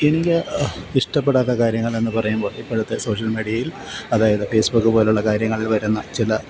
എനിക്ക് ഇഷ്ടപ്പെടാത്ത കാര്യങ്ങളെന്ന് പറയുമ്പോൾ ഇപ്പോഴത്തെ സോഷ്യൽ മീഡിയയിൽ അതായത് ഫേസ്ബുക്ക് പോലുള്ള കാര്യങ്ങളിൽ വരുന്ന ചില